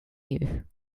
you